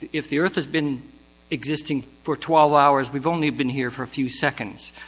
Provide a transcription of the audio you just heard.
if the earth has been existing for twelve hours, we've only been here for a few seconds.